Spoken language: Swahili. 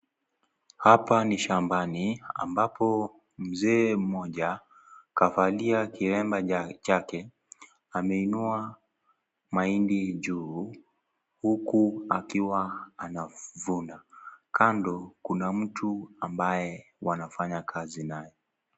Hapa ni shambani ambapo Mzee mmoja kavalia kilema chake. Ameinua mahindi juu huku akiwa anavuna. Kando, kuna mtu ambaye wanafanya kazi naye.